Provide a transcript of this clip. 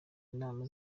inama